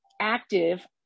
active